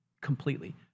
completely